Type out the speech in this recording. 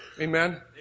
Amen